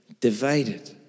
divided